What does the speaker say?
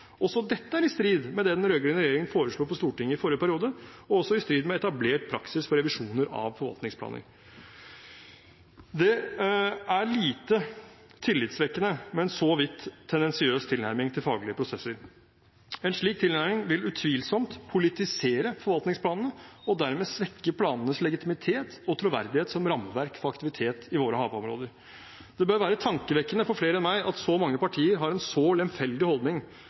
Også dette er i strid med det den rød-grønne regjeringen foreslo for Stortinget i forrige periode, og også i strid med etablert praksis for revisjoner av forvaltningsplaner. Det er lite tillitvekkende med en såvidt tendensiøs tilnærming til faglige prosesser. En slik tilnærming vil utvilsomt politisere forvaltningsplanene og dermed svekke planenes legitimitet og troverdighet som rammeverk for aktivitet i våre havområder. Det bør være tankevekkende for flere enn meg at så mange partier har en så lemfeldig holdning